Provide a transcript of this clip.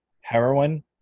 heroin